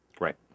Right